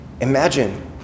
Imagine